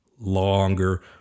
longer